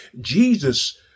Jesus